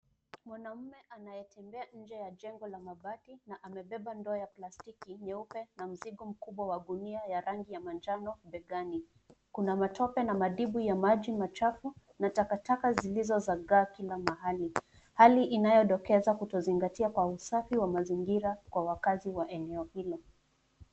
Mwanamume anayetembea nje ya jengo la mabati, na amebeba ndoo ya plastiki nyeupe, na mzigo mkubwa wa gunia ya rangi ya manjano, begani. Kuna matope na madibwi ya maji machafu, na takataka zilizozagaa kila mahali. Hali inayodokeza kutozingatia kwa usafi wa mazingira, kwa wakazi wa eneo hilo.